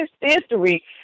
history